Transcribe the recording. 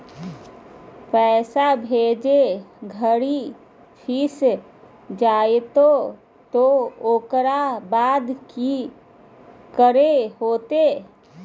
पैसा भेजे घरी फस जयते तो ओकर बाद की करे होते?